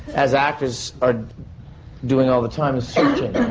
as actors are doing all the time, is searching.